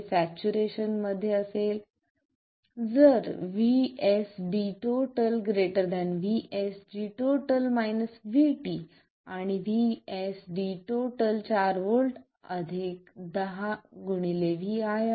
हे सॅच्युरेशन मध्ये असेल जर VSD ≥ VSG VT आणि VSD 4 व्होल्ट 10 vi